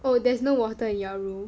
oh there's no water in your room